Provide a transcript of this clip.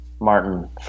Martin